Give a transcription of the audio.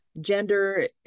gender